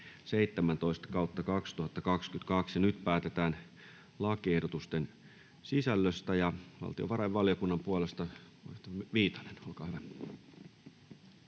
Nyt päätetään lakiehdotusten sisällöstä. — Valtiovarainvaliokunnan puolesta edustaja